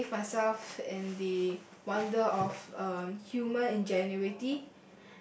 bathe myself in the wonder of um human ingenuity